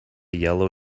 yellow